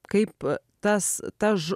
kaip tas ta